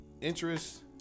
interest